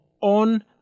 on